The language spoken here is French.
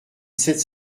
sept